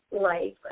life